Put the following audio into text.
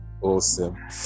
Awesome